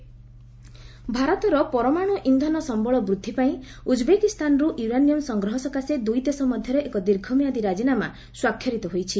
India Uzbekistan ଭାରତର ପରମାଣୁ ଇନ୍ଧନ ସମ୍୍ଳ ବୃଦ୍ଧି ପାଇଁ ଉଜ୍ବେକିସ୍ତାନରୁ ୟୁରାନିୟମ ସଂଗ୍ରହ ସକାଶେ ଦୁଇଦେଶ ମଧ୍ୟରେ ଏକ ଦୀର୍ଘମିଆଦି ରାଜିନାମା ସ୍ୱାକ୍ଷରିତ ହୋଇଛି